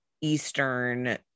eastern